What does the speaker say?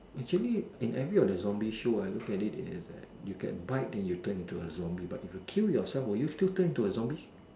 actually in every of the zombie show I look at it is that you get bite then you turn into a zombie but if you kill yourself will you still turn into a zombie